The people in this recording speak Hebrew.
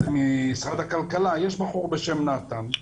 משרד הכלכלה, יש בחור בשם נתן,